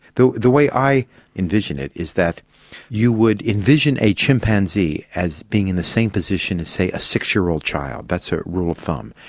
the the way i envision it is that you would envision a chimpanzee as being in the same position as, say, a six-year-old child, that's a rule of thumb.